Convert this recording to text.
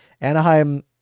Anaheim